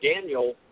Daniel